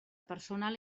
personal